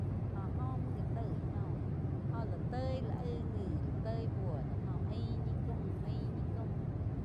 Jó óh muo gi toi góh go la toi la áig ngi toi buo do jo ain ñi caum, ain ñi caum.